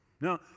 No